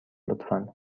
لطفا